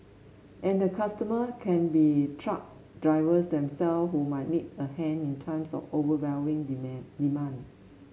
and the customer can be truck drivers themselves who might need a hand in times of overwhelming demand